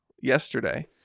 yesterday